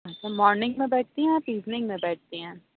اچھا مارننگ میں بیٹھتی ہیں آپ ایوننگ میں بیٹھتی ہیں